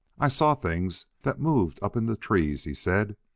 i saw things that moved up in the trees, he said.